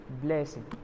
blessing